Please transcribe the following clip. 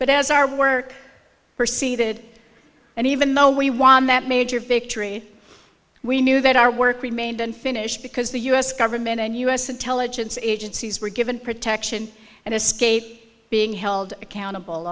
but as our work for seated and even though we won that major victory we knew that our work remained unfinished because the u s government and u s intelligence agencies were given protection and escape being held accountable